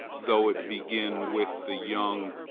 though it begin with the young,